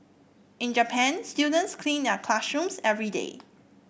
in Japan students clean their classrooms every day